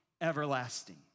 everlasting